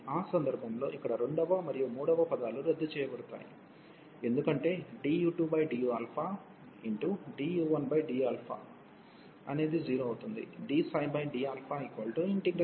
ఆ సందర్భంలో ఇక్కడ రెండవ మరియు మూడవ పదాలు రద్దు చేయబడతాయి ఎందుకంటే du2d du1dαఅనేది 0 అవుతుంది